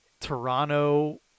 Toronto